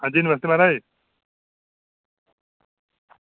आं जी नमस्ते म्हाराज